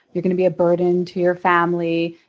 you're going to be a burden to your family.